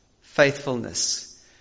faithfulness